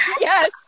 Yes